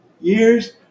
Years